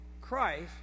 Christ